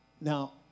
Now